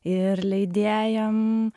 ir leidėjam